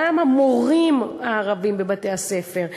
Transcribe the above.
גם המורים הערבים בבתי-הספר,